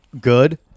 good